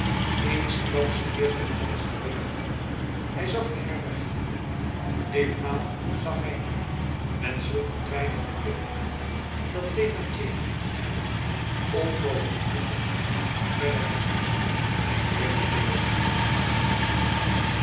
eensklaps keerde de man zich weder om hij zag den herbergier ditmaal zag hij hem met zulk een dreigenden blik aan dat thénardier het onnoodig oordeelde verder te gaan hij keerde terug